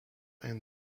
and